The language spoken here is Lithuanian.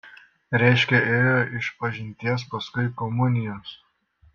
reiškia ėjo išpažinties paskui komunijos